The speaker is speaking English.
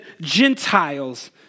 Gentiles